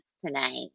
tonight